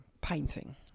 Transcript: painting